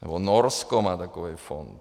Nebo Norsko má takový fond.